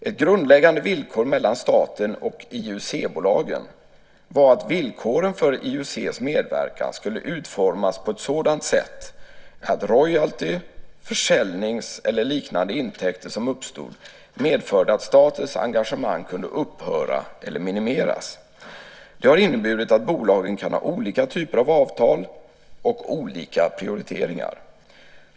Ett grundläggande villkor mellan staten och IUC-bolagen var att villkoren för IUC:s medverkan skulle utformas på ett sådant sätt att royalty-, försäljnings eller liknande intäkter som uppstod medförde att statens engagemang kunde upphöra eller minimeras. Det har inneburit att bolagen kan ha olika typer av avtal och olika prioriteringar.